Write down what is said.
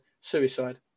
suicide